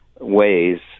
ways